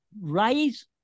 rise